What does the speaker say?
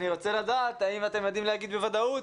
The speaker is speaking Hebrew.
אני רוצה לדעת האם אתם יודעים להגיד בוודאות